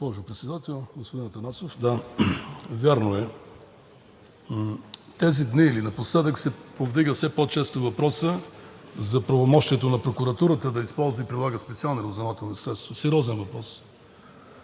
господин Атанасов! Да, вярно е. Тези дни или напоследък се повдига все по-често въпросът за правомощието на прокуратурата да използва и прилага специални разузнавателни средства. Сериозен въпрос!